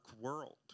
world